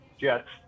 Jets